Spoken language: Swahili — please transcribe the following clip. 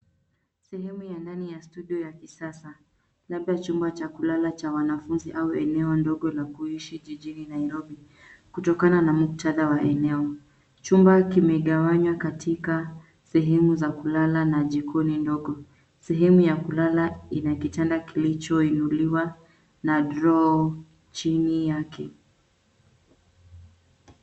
Sehemu ya ndani ya studio ya kisasa; labda chumba cha kulala cha wanafunzi au eneo ndogo la kuishi jijini Nairobi, kutokana na muktadha wa eneo. Chumba kimegawanywa katika sehemu za kulala na jikoni ndogo. Sehemu ya kulala ina kitanda kilichoinuliwa na droo chini yake.